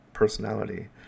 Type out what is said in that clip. personality